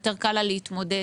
יותר קל לה להתמודד.